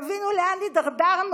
תבינו לאן התדרדרנו,